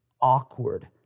awkward